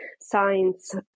science